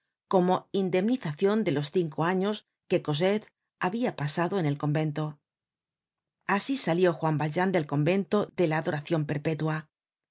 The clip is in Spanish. como indemnizacion de los cinco años que cosette habia pasado en el convento asi salió juan valjean del convento de la adoracion perpetua al